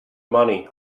money